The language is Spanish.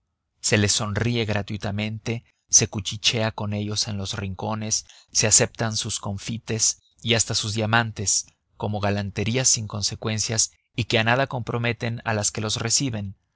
se les sonríe gratuitamente se cuchichea con ellos en los rincones se aceptan sus confites y hasta sus diamantes como galanterías sin consecuencias y que a nada comprometen a las que los reciben